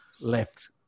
left